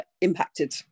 impacted